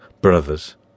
brothers